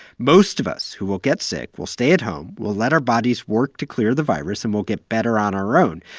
most of us who will get sick will stay at home, we'll let our bodies work to clear the virus, and we'll get better on our own.